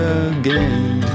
again